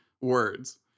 words